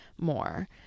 more